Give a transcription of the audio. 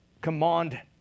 command